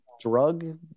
drug